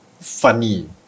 funny